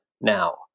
now